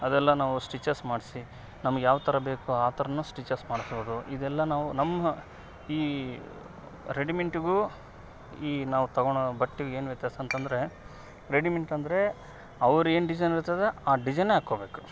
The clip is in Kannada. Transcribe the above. ಅದೆಲ್ಲ ನಾವು ಸ್ಟಿಚಸ್ ಮಾಡಿಸಿ ನಮಗ್ ಯಾವ ಥರ ಬೇಕೋ ಆ ಥರ ಸ್ಟಿಚಸ್ ಮಾಡಿಸ್ಬೋದು ಇದೆಲ್ಲ ನಾವು ನಮ್ಮಈ ರೆಡಿಮೆಂಟಿಗೂ ಈ ನಾವು ತಗೋಳೋ ಬಟ್ಟೆಗೆ ಏನು ವ್ಯತ್ಯಾಸ ಅಂತಂದರೆ ರೆಡಿಮೆಂಟ್ ಅಂದರೆ ಅವ್ರೇನು ಡಿಸೈನ್ ಇರ್ತದೋ ಆ ಡಿಸೈನೇ ಹಾಕ್ಕೋಬೇಕು